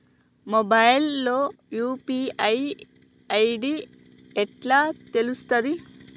Mobile లో UPI ID ఎట్లా తెలుస్తది?